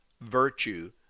virtue